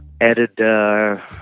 added